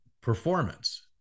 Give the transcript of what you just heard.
performance